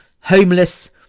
homeless